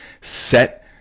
set